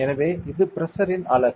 எனவே இது பிரஷர் இன் அலகு